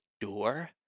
door